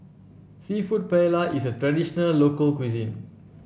seafood Paella is a traditional local cuisine